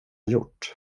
gjort